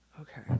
Okay